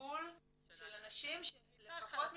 ומתסכול של אנשים שלפחות מבחינתם,